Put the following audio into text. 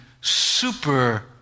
super